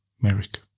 Merrick